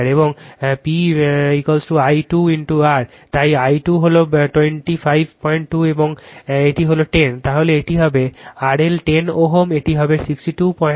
এবং PI 2 R তাই I 2 হল 25 2 এবং এটি হল 10 তাহলে এটি হবে RL10 Ω এটি হবে 625 ওয়াট